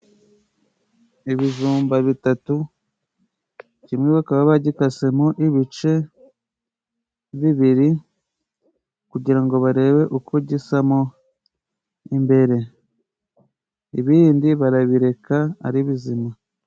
Ibijumba bitatu kimwe bakaba bagikasemo ibice bibiri kugira ngo barebe uko gisa mo imbere, ibindi barabireka ari bizima.